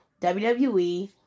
WWE